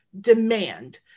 demand